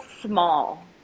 small